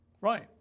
right